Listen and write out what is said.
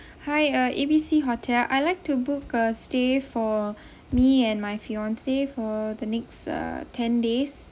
hi ah A B C hotel I like to book a stay for me and my fiance for the next uh ten days